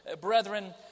brethren